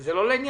זה לא לעניין.